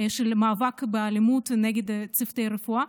המאבק באלימות נגד צוותי רפואה.